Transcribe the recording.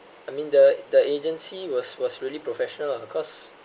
I mean the the agency was was really professional ah cause